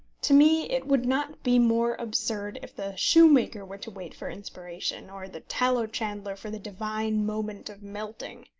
to me it would not be more absurd if the shoemaker were to wait for inspiration, or the tallow-chandler for the divine moment of melting.